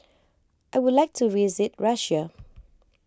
I would like to visit Russia